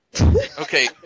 Okay